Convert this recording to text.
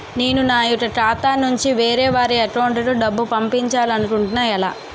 నేను నా యెక్క ఖాతా నుంచి వేరే వారి అకౌంట్ కు డబ్బులు పంపించాలనుకుంటున్నా ఎలా?